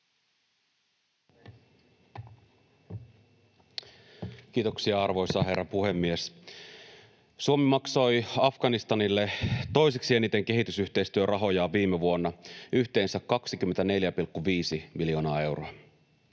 Kiitoksia, arvoisa herra puhemies! Suomi maksoi Afganistanille toiseksi eniten kehitysyhteistyörahojaan viime vuonna, yhteensä 24,5 miljoonaa euroa.